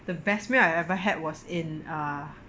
the best meal I've ever had was in uh